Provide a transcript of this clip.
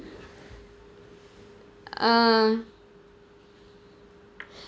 ah